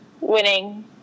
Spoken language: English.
winning